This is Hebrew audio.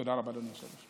תודה רבה, אדוני היושב-ראש.